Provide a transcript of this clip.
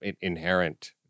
inherent